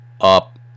up